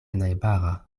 najbara